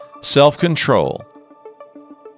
Self-control